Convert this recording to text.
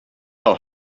how